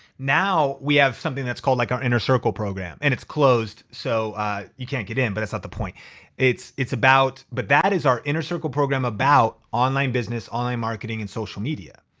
now we have something that's called like our inner circle program and it's closed so you can't get in but that's not the point it's it's about. but that is our inner circle program about online business, online marketing, and social media.